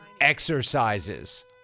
exercises